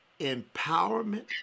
Empowerment